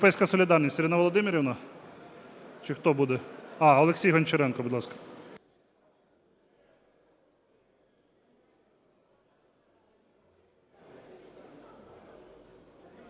Ірина Володимирівна чи хто буде? Олексій Гончаренко, будь ласка.